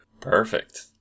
Perfect